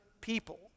people